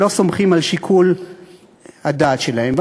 ולא סומכים על שיקול הדעת שלהם.